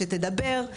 שתדבר,